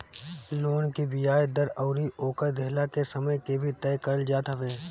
loan के बियाज दर अउरी ओकर देहला के समय के भी तय करल जात हवे